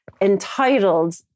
entitled